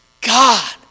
God